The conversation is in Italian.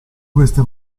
queste